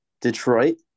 Detroit